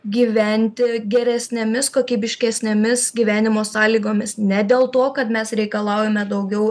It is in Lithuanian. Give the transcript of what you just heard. gyventi geresnėmis kokybiškesnėmis gyvenimo sąlygomis ne dėl to kad mes reikalaujame daugiau